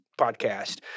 podcast